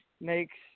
makes